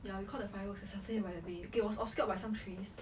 ya we caught the fireworks at by the bay it was obscured by some trees